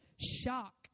shock